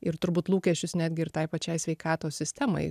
ir turbūt lūkesčius netgi ir tai pačiai sveikatos sistemai